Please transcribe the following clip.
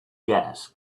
gas